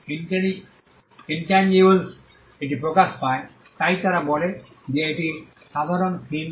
এখন এটি যেহেতু ইন্ট্যাঞ্জিবলেস তে এটি প্রকাশ পায় তাই তারা বলে যে এটি সাধারণ থিম